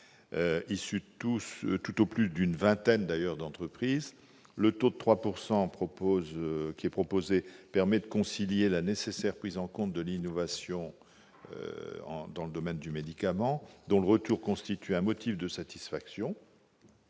issus tout au plus d'une vingtaine d'entreprises. Le taux de 3 % proposé permet de concilier la nécessaire prise en compte de l'innovation médicamenteuse, dont le retour constitue un motif de satisfaction,